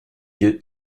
dieux